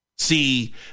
See